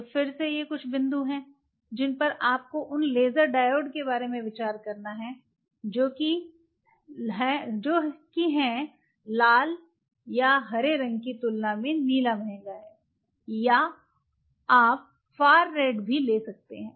तो फिर से ये कुछ बिंदु हैं जिन पर आपको उन लेजर डायोड के बारे में विचार करना है जो हैं कि लाल या हरे रंग की तुलना में नीला महंगा है या आप फार रेड भी ले सकते हैं